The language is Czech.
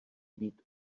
být